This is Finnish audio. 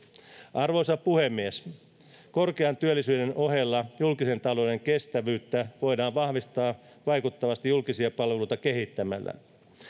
arvoisa puhemies korkean työllisyyden ohella julkisen talouden kestävyyttä voidaan vahvistaa vaikuttavasti julkisia palveluita kehittämällä